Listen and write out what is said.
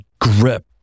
grip